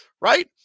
Right